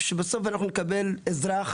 שבסוף אנחנו נקבל אזרח